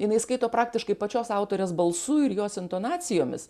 jinai skaito praktiškai pačios autorės balsu ir jos intonacijomis